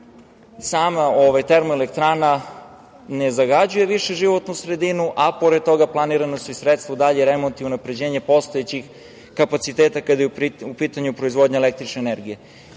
sama termoelektrana ne zagađuje više životnu sredinu. Pored toga, planirana su sredstva u dalji remont i unapređenje postojećih kapaciteta kada je u pitanju proizvodnja električne energije. Cilj